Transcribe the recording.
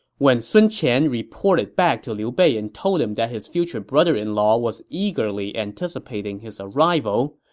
when sun qian reported back to liu bei and told him that his future brother-in-law was eagerly anticipating his arrival,